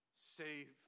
Save